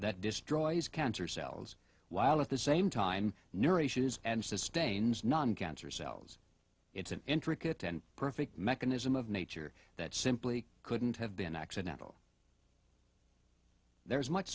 that destroys cancer cells while at the same time neuration is and sustains non cancer cells it's an intricate and perfect mechanism of nature that simply couldn't have been accidental there is much